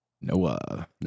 Noah